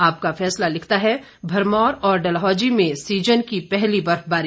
आपका फैसला लिखता है भरमौर और डलहौजी में सीजन की पहली बर्फबारी